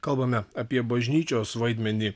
kalbame apie bažnyčios vaidmenį